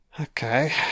Okay